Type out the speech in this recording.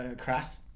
crass